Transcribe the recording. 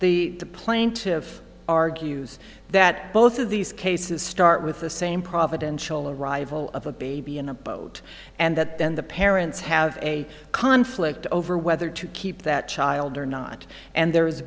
the plaintiff argues that both of these cases start with the same providential arrival of a baby in a boat and that then the parents have a conflict over whether to keep that child or not and there